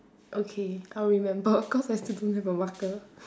okay I'll remember of course I still don't have a marker